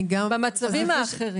במצבים האחרים.